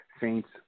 Saints